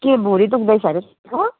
के भुँडी दुख्दैछ अरे छ